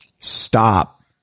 stop